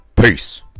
Peace